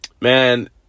Man